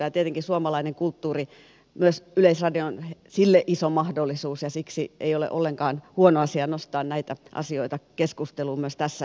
ja tietenkin suomalainen kulttuuri on myös yleisradiolle iso mahdollisuus ja siksi ei ole ollenkaan huono asia nostaa näitä asioita keskusteluun myös tässä yhteydessä